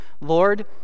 Lord